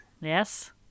Yes